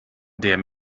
der